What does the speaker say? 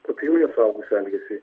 kopijuoja suaugusių elgesį